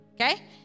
Okay